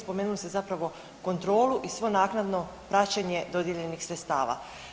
Spomenuli ste zapravo kontrolu i svo naknadno praćenje dodijeljenih sredstava.